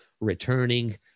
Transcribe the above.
returning